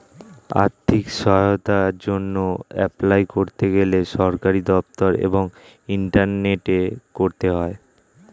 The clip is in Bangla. আর্থিক সহায়তার জন্যে এপলাই করতে গেলে সরকারি দপ্তর এবং ইন্টারনেটে করতে হয়